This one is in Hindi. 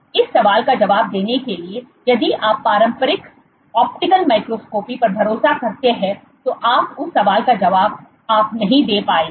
इस सवाल का जवाब देने के लिए यदि आप पारंपरिक ऑप्टिकल माइक्रोस्कोपी पर भरोसा करते हैं तो आप उस सवाल का जवाब आप नहीं दे पाएंगे